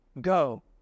Go